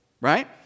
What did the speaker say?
right